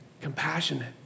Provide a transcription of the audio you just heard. Compassionate